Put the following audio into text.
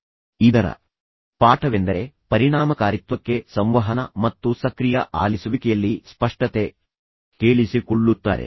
ಆದ್ದರಿಂದ ಇದರ ಪಾಠವೆಂದರೆ ಪರಿಣಾಮಕಾರಿತ್ವಕ್ಕೆ ಸಂವಹನ ಮತ್ತು ಸಕ್ರಿಯ ಆಲಿಸುವಿಕೆಯಲ್ಲಿ ಸ್ಪಷ್ಟತೆ ಕೇಳಿಸಿಕೊಳ್ಳುತ್ತಾರೆ